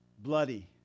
Bloody